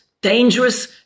dangerous